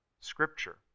Scripture